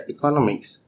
Economics